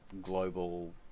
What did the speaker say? global